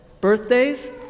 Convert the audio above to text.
Birthdays